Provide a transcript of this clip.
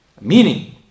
meaning